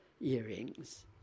earrings